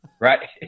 right